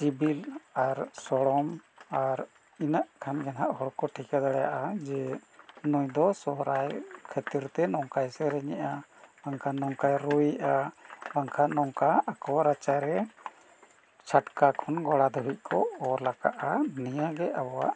ᱥᱤᱵᱤᱞ ᱟᱨ ᱥᱚᱲᱚᱢ ᱟᱨ ᱤᱱᱟᱹᱜ ᱠᱷᱟᱱ ᱜᱮ ᱦᱟᱸᱜ ᱦᱚᱲ ᱠᱚ ᱴᱷᱤᱠᱟᱹ ᱫᱟᱲᱮᱭᱟᱜᱼᱟ ᱡᱮ ᱱᱩᱭ ᱫᱚ ᱥᱚᱦᱨᱟᱭ ᱠᱷᱟᱹᱛᱤᱨ ᱛᱮ ᱱᱚᱝᱠᱟᱭ ᱥᱮᱨᱮᱧᱮᱜᱼᱟ ᱵᱟᱝᱠᱷᱟᱱ ᱱᱚᱝᱠᱟᱭ ᱨᱩᱻᱭᱮᱜᱼᱟ ᱵᱟᱝᱠᱷᱟᱱ ᱱᱚᱝᱠᱟ ᱟᱠᱚᱣᱟᱜ ᱨᱟᱪᱟᱨᱮ ᱪᱷᱟᱴᱠᱟ ᱠᱷᱚᱱ ᱜᱚᱲᱟ ᱫᱷᱟᱹᱵᱤᱡ ᱠᱚ ᱚᱞ ᱟᱠᱟᱫᱼᱟ ᱱᱤᱭᱟᱹᱜᱮ ᱟᱵᱚᱣᱟᱜ